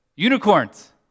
Unicorns